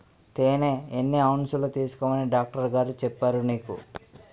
తేనె ఎన్ని ఔన్సులు తీసుకోమని డాక్టరుగారు చెప్పారు నీకు